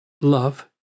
love